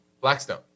Blackstone